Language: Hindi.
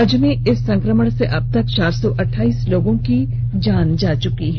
राज्य में इस संकमण से अबतक चार सौ अठाइस लोगों की जान जा चुकी है